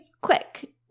quick